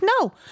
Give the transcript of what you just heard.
no